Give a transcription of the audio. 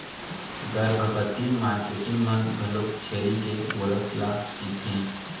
गरभबती मारकेटिंग मन घलोक छेरी के गोरस ल पिथें